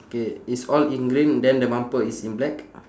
K it's all in green then the bumper is in black